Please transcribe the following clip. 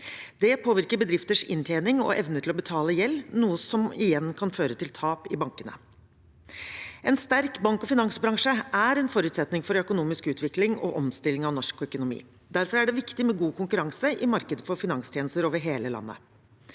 Det påvirker bedrifters inntjening og evne til å betale gjeld, noe som igjen kan føre til tap i bankene. En sterk bank- og finansbransje er en forutsetning for økonomisk utvikling og omstilling av norsk økonomi. Derfor er det viktig med god konkurranse i markedet for finanstjenester over hele landet.